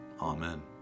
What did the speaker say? Amen